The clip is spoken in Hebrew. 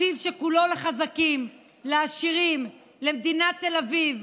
תקציב שכולו לחזקים, לעשירים, למדינת תל אביב,